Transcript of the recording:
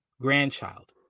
grandchild